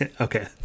Okay